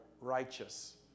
righteous